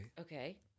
Okay